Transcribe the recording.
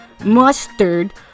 Mustard